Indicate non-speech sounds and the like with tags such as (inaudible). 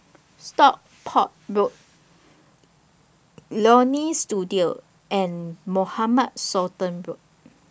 (noise) Stockport Road Leonie Studio and Mohamed Sultan Road